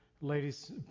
ladies